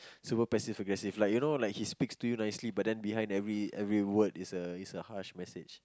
super passive aggressive like you know like he speaks to you nicely but then behind every every word is a is a harsh message